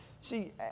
See